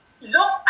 look